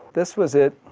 this was it